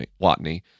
Watney